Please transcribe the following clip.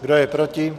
Kdo je proti?